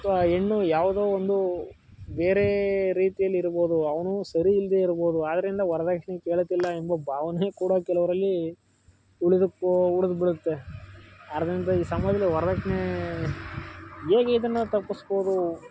ಅಥ್ವಾ ಹೆಣ್ಣು ಯಾವುದೋ ಒಂದು ಬೇರೆ ರೀತಿಯಲ್ಲಿ ಇರ್ಬೌದು ಅವನು ಸರಿ ಇಲ್ಲದೇ ಇರ್ಬೌದು ಆದ್ದರಿಂದ ವರ್ದಕ್ಷಿಣೆ ಕೇಳುತ್ತಿಲ್ಲ ಎಂಬ ಭಾವನೆ ಕೂಡ ಕೆಲವರಲ್ಲಿ ಉಳಿದುಕೋ ಉಳಿದುಬಿಡುತ್ತೆ ಆದ್ದರಿಂದ ಈ ಸಮಾಜದಲ್ಲಿ ವರ್ದಕ್ಷಿಣೆ ಹೇಗೆ ಇದನ್ನು ತಪ್ಪಿಸ್ಬೌದು